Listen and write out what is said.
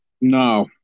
No